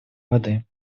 воды